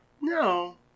No